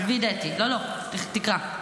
לא, תקרא.